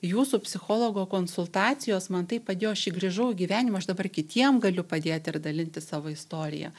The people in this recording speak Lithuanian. jūsų psichologo konsultacijos man taip padėjo aš grįžau į gyvenimą aš dabar kitiem galiu padėt ir dalintis savo istorija